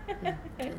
hmm kan